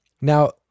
Now